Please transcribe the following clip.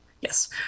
Yes